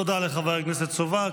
תודה לחבר הכנסת סובה.